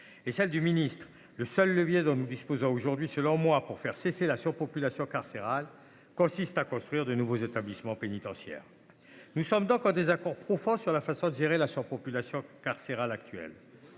sceaux d'ajouter :« Le seul levier dont nous disposons aujourd'hui, selon moi, pour faire cesser la surpopulation carcérale, consiste à construire de nouveaux établissements pénitentiaires. » Nous sommes en désaccord profond avec cette manière de gérer la surpopulation carcérale.